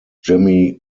jimmy